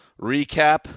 recap